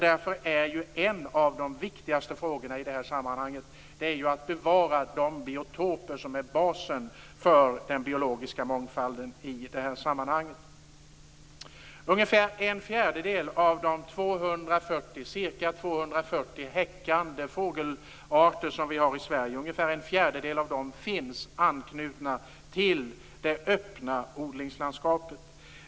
Därför är en av de viktigaste uppgifterna i sammanhanget att bevara de biotoper som är basen för den biologiska mångfalden. Ungefär en fjärdedel av de ca 240 häckande fågelarter som vi har i Sverige finns anknutna till det öppna odlingslandskapet.